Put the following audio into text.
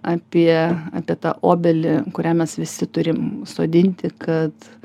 apie apie tą obelį kurią mes visi turim sodinti kad